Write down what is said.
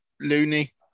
loony